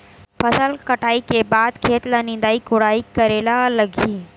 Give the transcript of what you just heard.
फसल कटाई के बाद खेत ल निंदाई कोडाई करेला लगही?